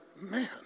man